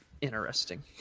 interesting